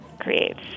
creates